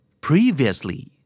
Previously